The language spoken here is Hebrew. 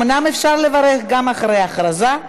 אומנם אפשר לברך גם אחרי ההודעה,